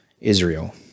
Israel